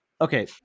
okay